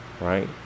Right